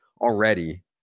already